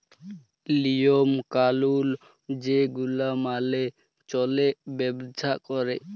লিওম কালুল যে গুলা মালে চল্যে ব্যবসা ক্যরে